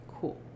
Cool